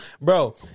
Bro